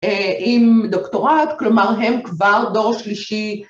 ‫עם דוקטורט, כלומר, ‫הם כבר דור שלישי.